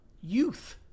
youth